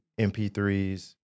MP3s